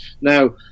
Now